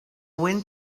wind